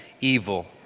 evil